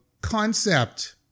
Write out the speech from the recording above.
concept